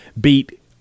beat